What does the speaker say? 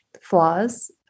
flaws